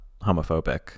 homophobic